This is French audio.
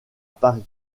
paris